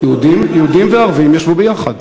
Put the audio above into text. יהודים וערבים ישבו ביחד.